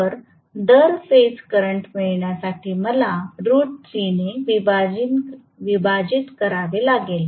तर दर phase current मिळण्या साठी मला रूट 3 ने विभाजित करावे लागेल